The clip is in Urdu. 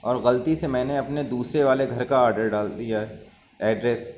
اور غلطی سے میں نے اپنے دوسرے والے گھر کا آڈر ڈال دیا ہے ایڈریس